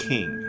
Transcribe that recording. King